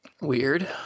Weird